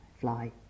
fly